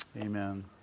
Amen